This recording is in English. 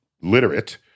literate